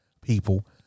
people